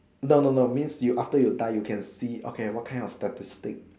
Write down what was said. no no no means after you die you can see okay what kind of statistic